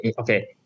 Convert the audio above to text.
okay